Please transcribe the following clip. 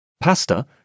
pasta